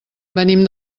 venim